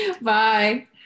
Bye